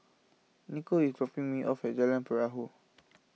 Nikko is dropping me off at Jalan Perahu